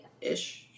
ish